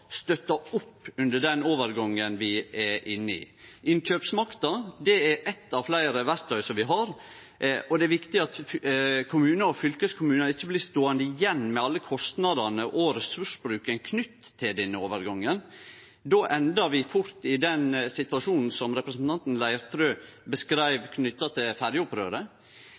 opp under den overgangen vi er inne i. Innkjøpsmakta er eitt av fleire verktøy vi har, og det er viktig at kommunar og fylkeskommunar ikkje blir ståande igjen med alle kostnadene og ressursbruken knytt til denne overgangen. Då endar vi fort i den situasjonen som representanten Leirtrø beskreiv knytt til